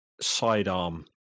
sidearm